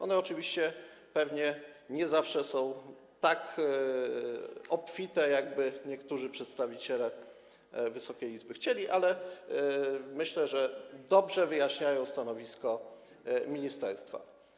One oczywiście pewnie nie zawsze są tak obfite, jak chcieliby niektórzy przedstawiciele Wysokiej Izby, ale myślę, że dobrze wyjaśniają stanowisko ministerstwa.